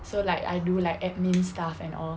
so like I do like admin stuff and all